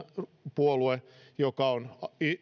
kansanpuolue joka on